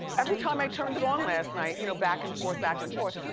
every time i turned it on last night, you know. back and forth, back and forth,